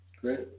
great